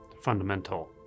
fundamental